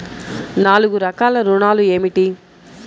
నాలుగు రకాల ఋణాలు ఏమిటీ?